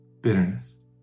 bitterness